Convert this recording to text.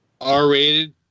R-rated